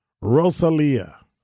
Rosalia